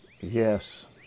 Yes